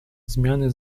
zmiany